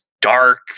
dark